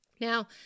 now